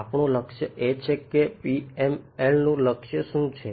આપણું લક્ષ્ય એ છે કે PMI નું લક્ષ્ય શું છે